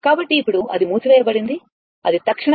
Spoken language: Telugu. కాబట్టి ఇప్పుడు అది మూసివేయబడింది అది తక్షణం